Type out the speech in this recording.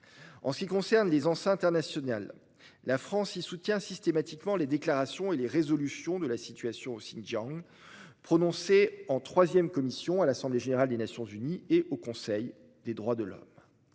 ce qui concerne les enceintes internationales, la France y soutient systématiquement les déclarations et les résolutions dénonçant la situation au Xinjiang, prononcées au sein de la Troisième Commission de l'Assemblée générale des Nations unies et du Conseil des droits de l'homme